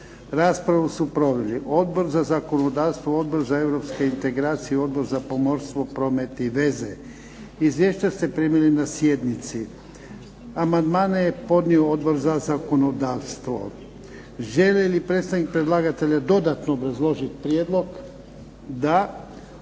Raspravu su proveli Odbor za zakonodavstvo, Odbor za europske integracije, Odbor za pomorstvo, promet i veze. Izvješća ste primili na sjednici. Amandmane je podnio Odbor za zakonodavstvo. Želi li predstavnik predlagatelja dodatno obrazložiti prijedlog? Da.